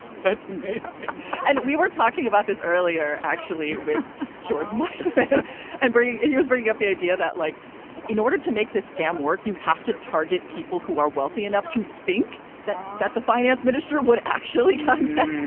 that's and we were talking about this earlier actually with jordan and bringing it he was bringing up the idea that like in order to make the scam work you have to target people who are wealthy enough to think that that the finance minister would actually contact them.